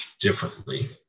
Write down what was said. differently